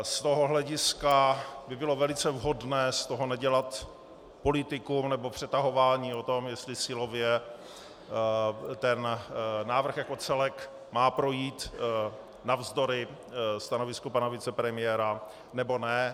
Z toho hlediska by bylo velice vhodné z toho nedělat politikum nebo přetahování o tom, jestli silově ten návrh jako celek má projít navzdory stanovisku pana vicepremiéra, nebo ne.